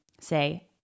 say